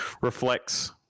reflects